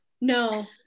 No